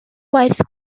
waith